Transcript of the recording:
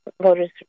Voters